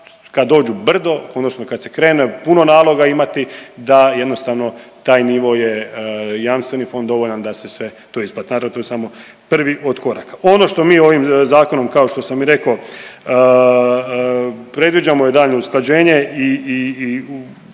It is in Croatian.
kad dođu brdo odnosno kad se krene puno naloga imati da jednostavno taj nivo je jamstveni fond dovoljan da se sve to isplati. Naravno to je samo prvi od koraka. Ono što mi ovim zakonom kao što sam i rekao predviđamo je daljnje usklađenje i